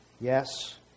Yes